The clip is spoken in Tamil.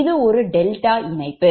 இது ஒரு டெல்டா இணைப்பு